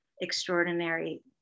extraordinary